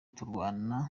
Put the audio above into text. turwana